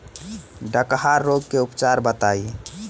डकहा रोग के उपचार बताई?